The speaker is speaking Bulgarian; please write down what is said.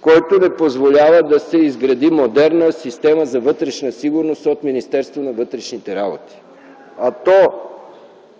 който не позволява да се изгради модерна система за вътрешна сигурност от Министерството на вътрешните работи.